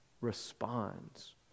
responds